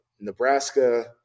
Nebraska